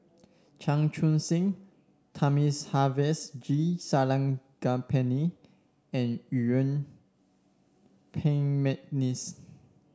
Chan Chun Sing Thamizhavel G Sarangapani and Yuen Peng McNeice